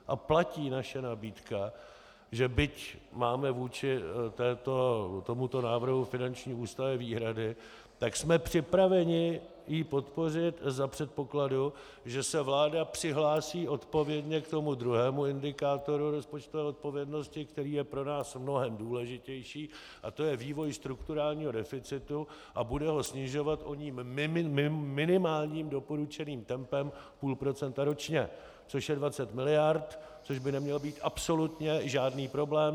A platí naše nabídka, že byť máme vůči tomuto návrhu finanční ústavy výhrady, tak jsme připraveni ji podpořit za předpokladu, že se vláda přihlásí odpovědně k tomu druhému indikátoru rozpočtové odpovědnosti, který je pro nás mnohem důležitější, a to je vývoj strukturálního deficitu, a bude ho snižovat oním minimálním doporučeným tempem půl procenta ročně, což je 20 miliard, což by neměl být absolutně žádný problém.